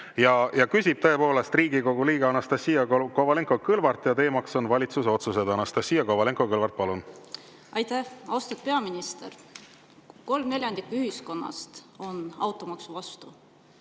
küsib Riigikogu liige Anastassia Kovalenko-Kõlvart ja teema on valitsuse otsused. Anastassia Kovalenko-Kõlvart, palun! Aitäh! Austatud peaminister! Kolm neljandikku ühiskonnast on automaksu vastu,